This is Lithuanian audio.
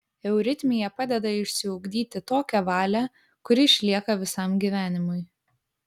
euritmija padeda išsiugdyti tokią valią kuri išlieka visam gyvenimui